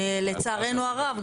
לצערנו הרב,